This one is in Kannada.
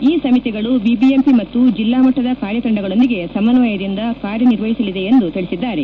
ಈ ಸಮಿತಿಗಳು ಬಿಬಿಎಂಪಿ ಮತ್ತು ಜಿಲ್ಲಾ ಮಟ್ಟದ ಕಾರ್ಯತಂಡಗಳೊಂದಿಗೆ ಸಮನ್ವಯದಿಂದ ಕಾರ್ಯನಿರ್ವಹಿಸಲಿದೆ ಎಂದು ತಿಳಿಸಿದ್ದಾರೆ